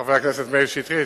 חבר הכנסת מאיר שטרית,